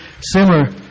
similar